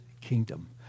kingdom